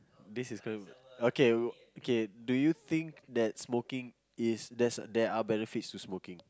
this is kinda okay okay do you think that smoking is there's there are benefits to smoking